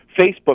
Facebook